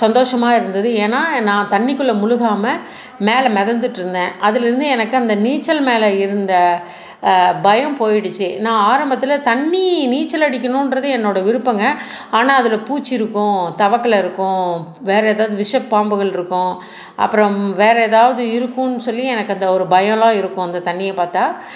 சந்தோஷமாக இருந்தது ஏன்னா நான் தண்ணிக்குள்ளே முழுகாமாக மேலே மிதந்துட்டு இருந்தேன் அதில் இருந்து எனக்கு அந்த நீச்சல் மேலே இருந்த பயம் போயிடுச்சு நான் ஆரம்பத்தில் தண்ணி நீச்சல் அடிக்கணுன்றது என்னோட விருப்பங்கள் ஆனால் அதில் பூச்சி இருக்கும் தவக்களை இருக்கும் வேற எதாவது விஷப்பாம்புகள் இருக்கும் அப்புறம் வேற எதாவது இருக்குன்னு சொல்லி எனக்கு அந்த ஒரு பயம்லாம் இருக்கும் அந்த தண்ணியை பார்த்தா